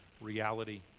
reality